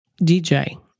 DJ